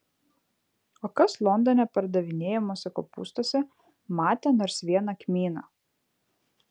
o kas londone pardavinėjamuose kopūstuose matė nors vieną kmyną